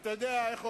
אתה יודע איך אומרים?